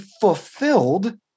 fulfilled